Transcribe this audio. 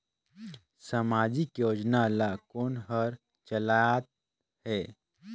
समाजिक योजना ला कोन हर चलाथ हे?